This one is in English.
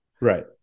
Right